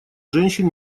женщин